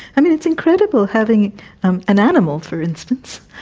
i mean, it's incredible having um an animal, for instance,